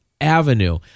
avenue